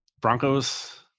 broncos